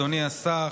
אדוני השר,